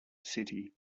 city